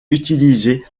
utilisé